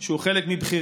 שהוא אחד מבכיריה,